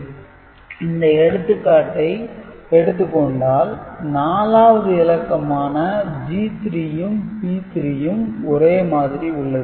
Gn Bn Gi Bi1 ⊕ Bi for i n இந்த எடுத்துக்காட்டை எடுத்துக் கொண்டால் 4 ஆவது இலக்கமான G3 யும் B3 யும் ஒரே மாதிரி உள்ளது